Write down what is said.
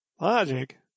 Logic